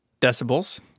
decibels